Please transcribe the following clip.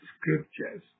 scriptures